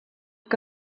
que